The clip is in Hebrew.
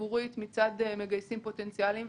הציבורית מצד מגייסים פוטנציאליים,